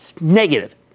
negative